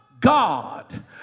God